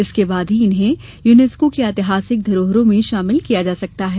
इसके बाद ही इन्हें यूनेस्को की ऐतिहासिक धरोहरों में शामिल किया जा सकता है